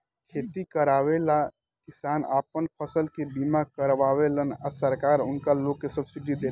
खेती करेवाला किसान आपन फसल के बीमा करावेलन आ सरकार उनका लोग के सब्सिडी देले